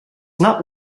not